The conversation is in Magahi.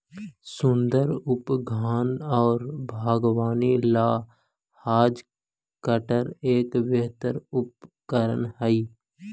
सुन्दर उद्यान और बागवानी ला हैज कटर एक बेहतर उपकरण हाई